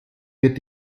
wird